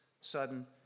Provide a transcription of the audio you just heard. sudden